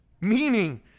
meaning